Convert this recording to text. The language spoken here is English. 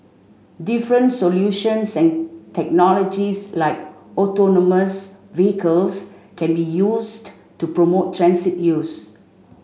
different solutions and technologies like autonomous vehicles can be used to promote transit use